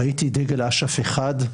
ראיתי דגל אש"ף אחד,